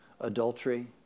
adultery